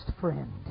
friend